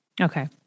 Okay